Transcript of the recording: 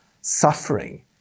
suffering